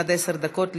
עד עשר דקות לרשותך.